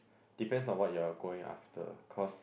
depend on what you are going after cause